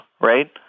right